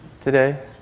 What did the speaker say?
today